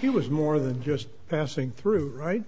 he was more than just passing through